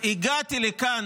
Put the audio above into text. והגעתי לכאן,